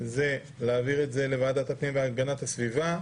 להעביר את זה לוועדת הפנים והגנת הסביבה.